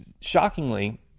shockingly